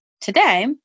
today